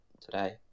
today